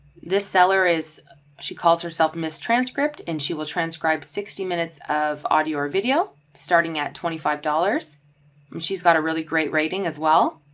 this seller is she calls herself miss transcript, and she will transcribe sixty minutes of audio or video starting at twenty five dollars. and she's got a really great rating as well.